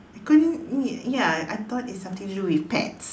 I couldn't ya ya I thought it's something to do with pets